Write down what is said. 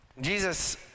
Jesus